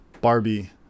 Barbie